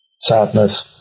sadness